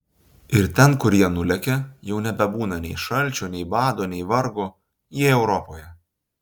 ir ten kur jie nulekia jau nebebūna nei šalčio nei bado nei vargo jie europoje